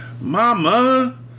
Mama